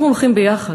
אנחנו הולכים ביחד.